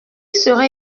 serait